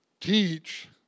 teach